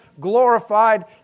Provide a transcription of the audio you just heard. glorified